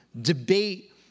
debate